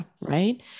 Right